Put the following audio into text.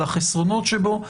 על החסרונות שבו.